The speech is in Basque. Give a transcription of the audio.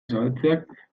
zabaltzeak